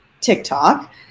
TikTok